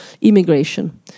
immigration